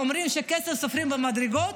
אומרים שכסף סופרים במדרגות,